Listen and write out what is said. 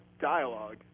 dialogue